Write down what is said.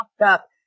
up